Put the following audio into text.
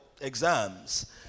exams